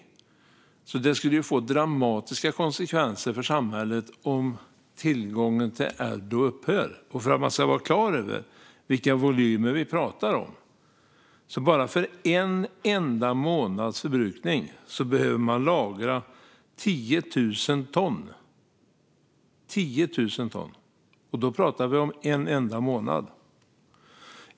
Det skulle få dramatiska konsekvenser för samhället om tillgången till Adblue upphörde. För att man ska vara på det klara med vilka volymer vi pratar om: Bara för en enda månads förbrukning behöver man lagra 10 000 ton! Och då pratar vi alltså om en enda månad.